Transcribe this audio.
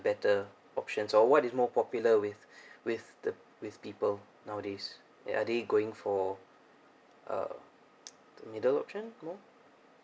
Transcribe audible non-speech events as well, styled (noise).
better options or what is more popular with with the with people nowadays are they going for uh (noise) middle option